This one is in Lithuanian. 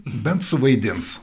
bent suvaidins